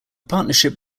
partnership